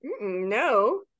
No